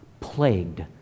plagued